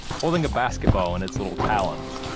holding a basketball in its little talons.